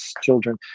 children